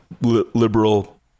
liberal